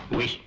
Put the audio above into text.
Oui